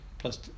plus